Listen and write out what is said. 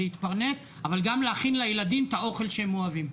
להתפרנס אבל גם להכין לילדים את האוכל שהם אוהבים.